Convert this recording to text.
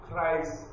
Christ